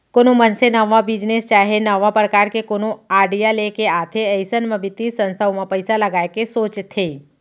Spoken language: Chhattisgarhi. कोनो मनसे नवा बिजनेस चाहे नवा परकार के कोनो आडिया लेके आथे अइसन म बित्तीय संस्था ओमा पइसा लगाय के सोचथे